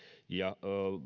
ja